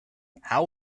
how